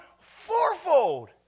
fourfold